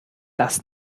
das